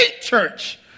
church